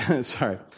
sorry